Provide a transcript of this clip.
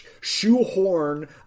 shoehorn